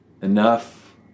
enough